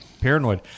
Paranoid